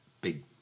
big